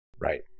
Right